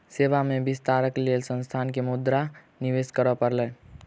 सेवा में विस्तारक लेल संस्थान के मुद्रा निवेश करअ पड़ल